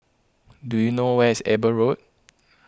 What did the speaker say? do you know where is Eber Road